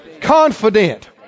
Confident